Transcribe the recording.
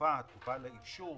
שתובא לאישור,